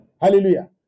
hallelujah